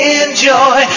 enjoy